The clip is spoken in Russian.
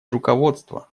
руководства